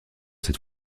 cette